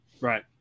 right